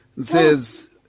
says